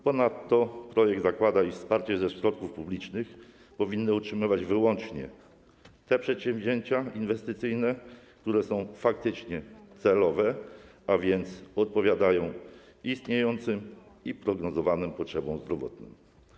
Ponadto projekt zakłada, iż wsparcie ze środków publicznych powinny otrzymywać wyłącznie te przedsięwzięcia inwestycyjne, które faktycznie są celowe, a więc odpowiadają istniejącym i prognozowanym potrzebom zdrowotnym.